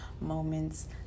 moments